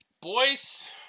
Boys